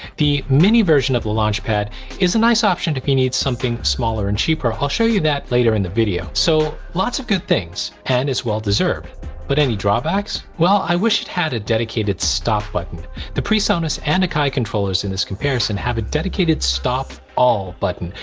the mini version of the launchpad is a nice option if you need something smaller and cheaper i'll show you that later in the video. so lots of good things and it's well deserved but any drawbacks? well i wish it had a dedicated stop button the presonus and akai controllers in this comparison have a dedicated stop all button.